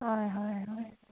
হয় হয় হয়